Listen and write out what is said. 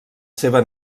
seva